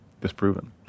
disproven